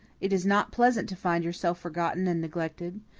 it is not pleasant to find yourself forgotten and neglected.